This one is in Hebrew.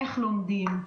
איך לומדים.